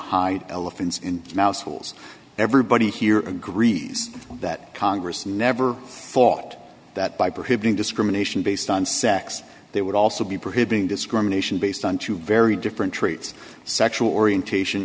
holes everybody here agrees that congress never thought that by prohibiting discrimination based on sex they would also be prohibiting discrimination based on two very different traits sexual orientation